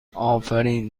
آفرین